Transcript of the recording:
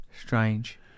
Strange